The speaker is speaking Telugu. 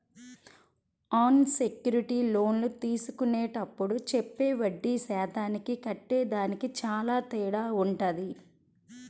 అన్ సెక్యూర్డ్ లోన్లు తీసుకునేప్పుడు చెప్పే వడ్డీ శాతానికి కట్టేదానికి చానా తేడా వుంటది